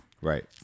right